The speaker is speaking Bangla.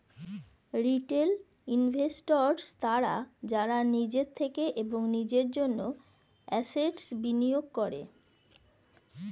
রিটেল ইনভেস্টর্স তারা যারা নিজের থেকে এবং নিজের জন্য অ্যাসেট্স্ বিনিয়োগ করে